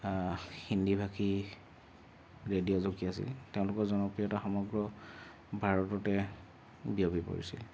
হিন্দী ভাষী radio jockey আছিল তেওঁলোকৰ জনপ্ৰিয়তা সমগ্ৰ ভাৰততে বিয়পি পৰিছিল